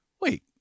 wait